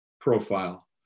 profile